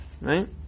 Right